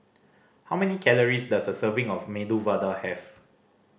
how many calories does a serving of Medu Vada have